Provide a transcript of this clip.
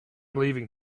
leaving